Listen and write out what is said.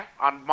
on